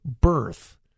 birth